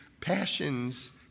passions